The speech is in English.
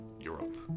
Europe